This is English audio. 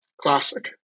Classic